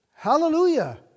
Hallelujah